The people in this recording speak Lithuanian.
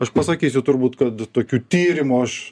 aš pasakysiu turbūt kad tokių tyrimų aš